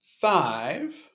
five